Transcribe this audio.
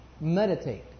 meditate